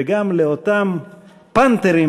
וגם לאותם פנתרים,